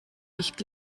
nicht